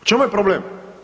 U čemu je problem?